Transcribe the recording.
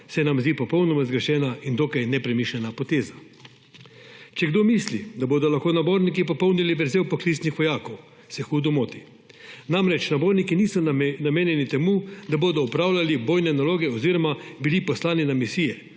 ljudstva popolnoma zgrešena in dokaj nepremišljena poteza. Če kdo misli, da bodo lahko naborniki popolnili vrzel poklicnih vojakov, se hudo moti. Namreč, naborniki niso namenjeni temu, da bodo opravljali bojne naloge oziroma poslani na misije,